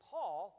Paul